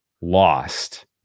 lost